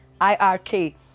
I-R-K